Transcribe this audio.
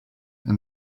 and